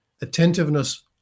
attentiveness